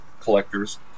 collectors